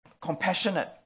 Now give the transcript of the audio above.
compassionate